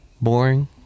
Boring